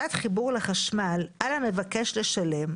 אין מועד שבו צריכים להכריע אם יינתן היתר או לא יינתן